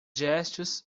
gestos